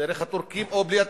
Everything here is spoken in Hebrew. דרך הטורקים או בלי הטורקים,